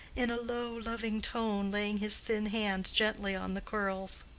in a low loving tone, laying his thin hand gently on the curls.